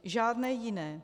Žádné jiné.